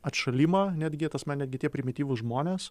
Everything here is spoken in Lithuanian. atšalimą netgi ta prasme netgi tie primityvūs žmonės